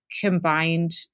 combined